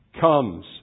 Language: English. comes